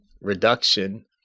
reduction